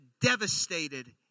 devastated